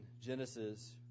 Genesis